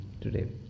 today